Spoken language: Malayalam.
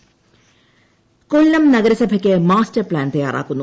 കൊല്ലം മാസ്റ്റർ പ്ലാൻ കൊല്ലം നഗരസഭയ്ക്ക് മാസ്റ്റർ പ്ലാൻ തയ്യാറാക്കുന്നു